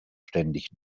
ständig